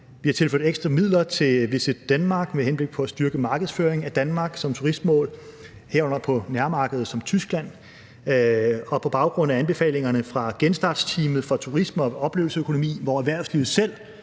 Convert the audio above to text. Vi har tilført ekstra midler til Visitdenmark med henblik på at styrke markedsføringen af Danmark som turistmål, herunder på et nærmarked som Tyskland, og på baggrund af anbefalingerne fra genstartsteamet for turisme og oplevelsesøkonomi, hvor erhvervslivet selv